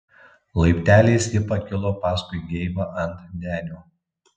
laipteliais ji pakilo paskui geibą ant denio